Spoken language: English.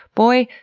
boy,